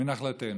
מנחלתנו.